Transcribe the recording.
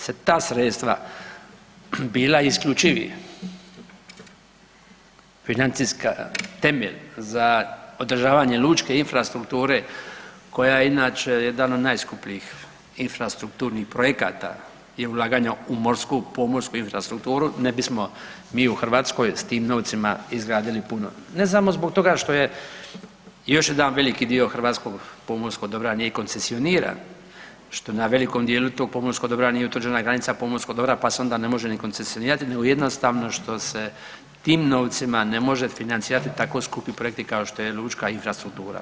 Kada bi se ta sredstva bila isključivi financijski temelj za održavane lučke infrastrukture koja inače jedan od najskupljih infrastrukturnih projekata i ulaganja u morsku, pomorsku infrastrukturu ne bismo mi u Hrvatskoj s tim novcima izgradili puno, ne samo zbog toga što je još jedan veliki dio hrvatskog pomorskog dobra nije koncesioniran, što na velikom dijelu tog pomorskog dobra nije utvrđena granica pomorskog dobra, pa se onda ne može ni koncesionirati, nego jednostavno što se tim novcima ne može financirati tako skupi projekti kao što je lučka infrastruktura.